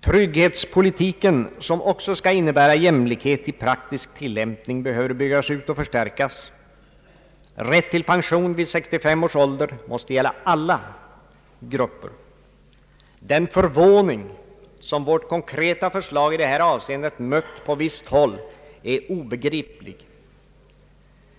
Trygghetspolitiken, som också skall innebära jämlikhet i praktisk tillämpning, behöver byggas ut och förstärkas. Rätt till pension vid 65 års ålder måste gälla alla grupper. Den förvåning som vårt konkreta förslag i detta avseende mött på visst håll är obegriplig.